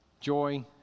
joy